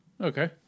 Okay